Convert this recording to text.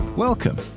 Welcome